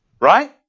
Right